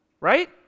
Right